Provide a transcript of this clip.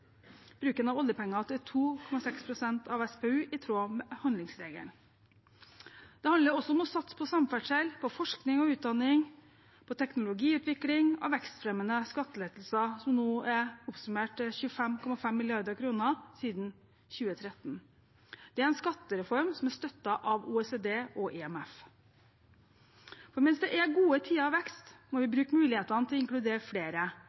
bruken av oljepenger til 2,6 pst. av SPU, i tråd med handlingsregelen. Det handler også om å satse på samferdsel, på forskning og utdanning, på teknologiutvikling og på vekstfremmende skattelettelser, som nå er oppsummert til 25,5 mrd. kr siden 2013. Det er en skattereform som er støttet av OECD og IMF. Mens det er gode tider og vekst, må vi bruke mulighetene til å inkludere flere